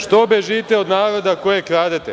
Što bežite od naroda koji kradete?